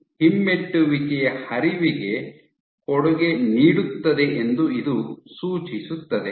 myosin ಹಿಮ್ಮೆಟ್ಟುವಿಕೆಯ ಹರಿವಿಗೆ ಕೊಡುಗೆ ನೀಡುತ್ತದೆ ಎಂದು ಇದು ಸೂಚಿಸುತ್ತದೆ